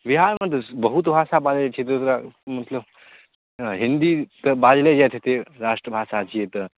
बिहारमे तऽ बहुत भाषा बाजै छै दोसरा मतलब हिन्दी तऽ बाजले जाएत हेतै राष्ट्रभाषा छिए तऽ